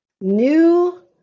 new